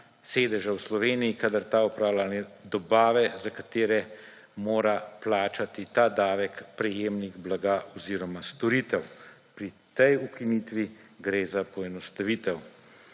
sedeža v Sloveniji, kadar ta opravlja dobave, za katere mora plačati ta davek prejemnik blaga oziroma storitev. Pri tej ukinitvi gre za poenostavitev.